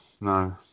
No